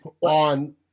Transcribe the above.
on